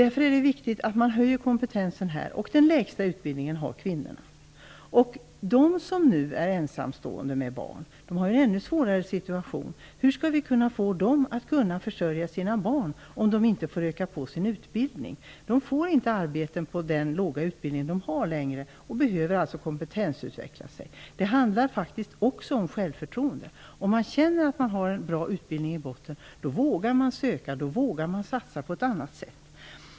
Därför är det viktigt att man höjer kompetensen här. Och den lägsta utbildningen har kvinnorna. De som är ensamstående med barn har en ännu svårare situation. Hur skall vi få dem att kunna försörja sina barn om de inte får öka på sin utbildning? De får inte längre arbete med den låga utbildning de har och behöver alltså utveckla sin kompetens. Det handlar faktiskt också om självförtroende. Om man känner att man har en bra utbildning i botten vågar man söka och satsa på ett annat sätt.